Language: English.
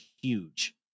huge